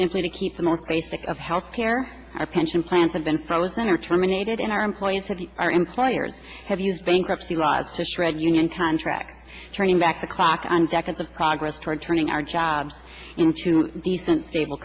simply to keep the more basic of health care our pension plans have been frozen or terminated in our employees have our employers have used bankruptcy law to shred uniontown track turning back the clock on jacket the progress toward turning our jobs into decent stable